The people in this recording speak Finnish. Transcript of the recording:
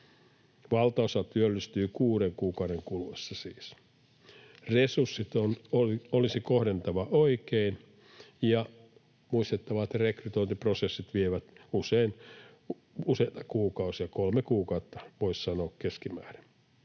Valtaosa siis työllistyy kuuden kuukauden kuluessa. Resurssit olisi kohdentava oikein, ja olisi muistettava, että rekrytointiprosessit vievät usein useita kuukausia, voisi sanoa keskimäärin